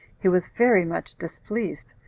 he was very much displeased,